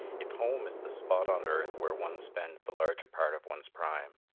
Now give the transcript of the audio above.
if home is the spot on earth where one spends the larger part of one's prime,